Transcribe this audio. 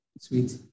Sweet